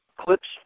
clips